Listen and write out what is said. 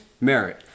merit